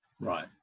right